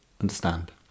understand